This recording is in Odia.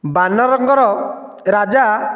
ବାନରଙ୍କର ରାଜା